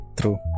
True